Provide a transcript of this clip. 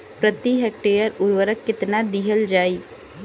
प्रति हेक्टेयर उर्वरक केतना दिहल जाई?